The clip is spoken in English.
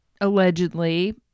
allegedly